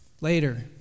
later